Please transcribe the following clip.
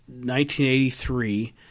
1983